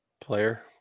player